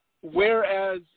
Whereas